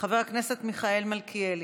חבר הכנסת מיכאל מלכיאלי,